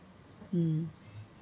mm